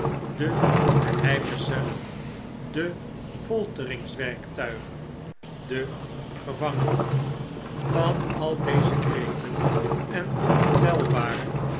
de geheime cellen de foltering werktuigen de gevangenen van al deze kreten en ontelbare